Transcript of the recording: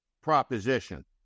proposition